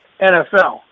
NFL